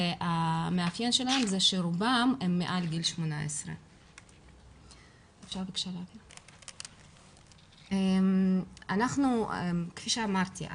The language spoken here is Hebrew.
והמאפיין שלהם הוא שרובם מעל גיל 18. כפי שאמרתי,